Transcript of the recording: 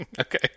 Okay